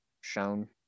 shown